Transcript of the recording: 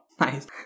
nice